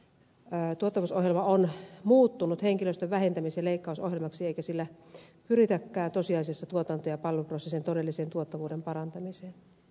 tuottavuusohjelma on muuttunut henkilöstön vähentämis ja leikkausohjelmaksi eikä sillä pyritäkään tosiasiassa tuotanto ja palveluprosessin todellisen tuottavuuden parantamiseen